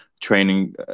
training